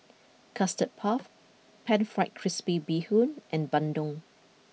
Custard Puff Pan Fried Crispy Bee Bee Hoon and Bandung